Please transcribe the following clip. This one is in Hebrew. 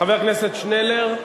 חבר הכנסת שנלר,